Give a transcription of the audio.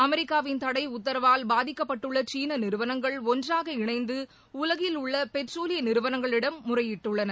அமெரிக்காவின் தடை உத்தரவால் பாதிக்கப்பட்டுள்ள சீன நிறுவனங்கள் ஒன்றாக இணைந்து உலகில் உள்ள பெட்ரோலிய நிறுவனங்களிடம் முறையிட்டுள்ளன